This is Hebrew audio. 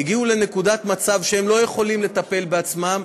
הגיעו לנקודת מצב שהם לא יכולים לטפל בעצמם,